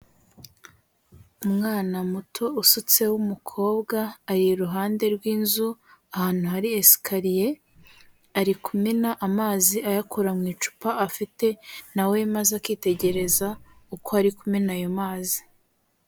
Umwana muto usutse w'umukobwa ari iruhande rw'inzu ahantu hari esikariye, ari kumena amazi ayakura mu icupa afite nawe maze akitegereza uko ari kumena ayo mazi.